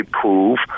prove